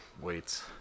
weights